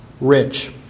rich